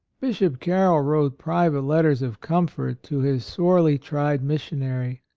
bishop carroll wrote private letters of comfort to his sorely tried missionary.